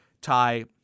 tie